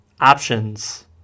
Options